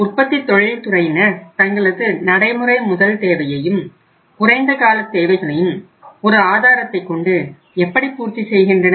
உற்பத்தி தொழில் துறையினர் தங்களது நடைமுறை முதல் தேவையையும் குறைந்த கால தேவைகளையும் ஒரு ஆதாரத்தை கொண்டு எப்படி பூர்த்தி செய்கின்றன